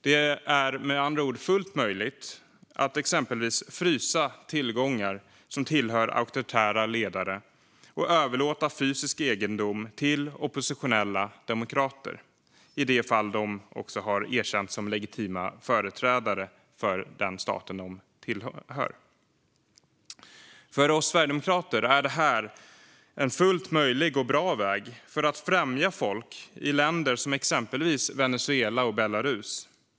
Det är med andra ord fullt möjligt att exempelvis frysa tillgångar som tillhör auktoritära ledare och överlåta fysisk egendom till oppositionella demokrater i de fall de har erkänts som legitima företrädare för sin stat. För oss sverigedemokrater är det här en fullt möjlig och bra väg för att främja folk i länder som exempelvis Venezuela eller Belarus.